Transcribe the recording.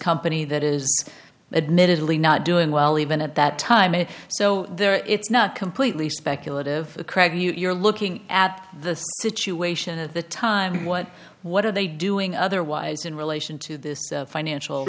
company that is admittedly not doing well even at that time and so there it's not completely speculative craig you're looking at the situation at the time what what are they doing otherwise in relation to this financial